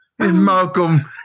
Malcolm